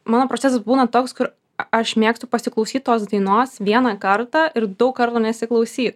mano procesas būna toks kur aš mėgstu pasiklausyt tos dainos vieną kartą ir daug kartų nesiklausyt